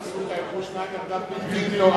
הפסוק "הילכו שנים יחדו בלתי אם נועדו".